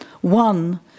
One